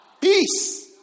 Peace